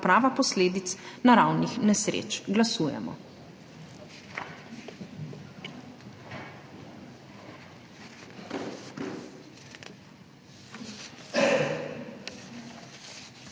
Odprava posledic naravnih nesreč. Glasujemo.